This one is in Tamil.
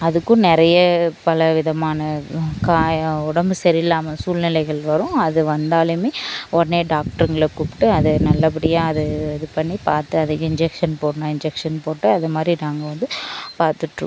அதுக்கும் நிறைய பலவிதமான காயம் உடம்பு சரி இல்லாமல் சூழ்நிலைகள் வரும் அது வந்தாலுமே உடனே டாக்டருங்கள கூப்பிட்டு அதை நல்லபடியா அதை இது பண்ணி பார்த்து அதுக்கு இன்ஜெக்ஷன் போடணும்னா இன்ஜெக்ஷன் போட்டு அதுமாதிரி நாங்கள் வந்து பார்த்துட்டு இருக்கோம்